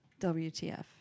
WTF